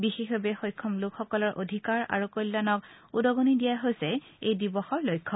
বিশেয়বাৱে সক্ষম লোকসকলৰ অধিকাৰ আৰু কল্যাণক উদগণি দিয়াই হৈছে এই দিৱসৰ লক্ষ্য